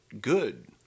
good